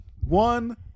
One